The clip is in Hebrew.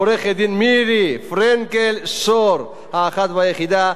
עורכת-הדין מירי פרנקל-שור האחת והיחידה,